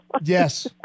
Yes